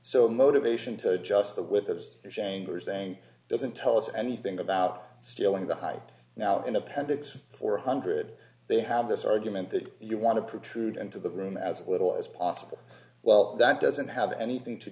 so motivation to just the with others shangri saying doesn't tell us anything about stealing the hide now in appendix four hundred they have this argument that you want to protrude into the room as little as possible well that doesn't have anything to